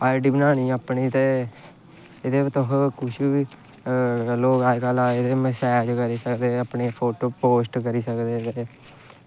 आई D बनानी अपनी ते एह्दे पर तुस कुछ बी लोग अजकल्ल मैस्ज़ करी सकदे फोटो पोस्ट करी सकदे